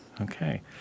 okay